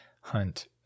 hunt